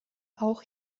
auch